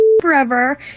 forever